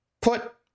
put